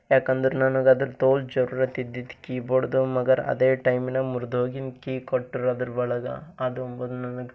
ಯಾಕಂದ್ರ ನನಗೆ ಅದ್ರದ್ದು ತೋಲ್ ಜರೂರತ್ ಇದ್ದಿತ್ತು ಕೀಬೋರ್ಡ್ದು ಮಗರ್ ಅದೇ ಟೈಮಿನಂಗ್ ಮುರ್ದೋಗಿನ ಕೀ ಕೊಟ್ಟರು ಅದ್ರ ಒಳಗೆ ಅದೊಂಬದು ನನಗೆ